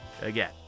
again